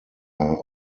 are